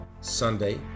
Sunday